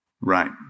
Right